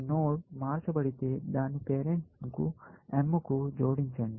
node మార్చబడితే దాని పేరెంట్ను m కు జోడించండి